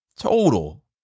Total